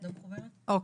אוקיי.